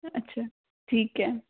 अच्छा ठीक है